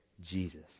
Jesus